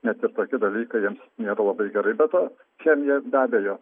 net ir tokie dalykai nėra labai gerai be to chemija be abejo